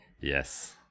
Yes